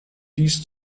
dies